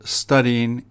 studying